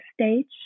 stage